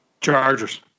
Chargers